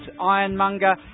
Ironmonger